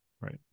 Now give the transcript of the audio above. right